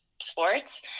sports